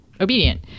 obedient